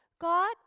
God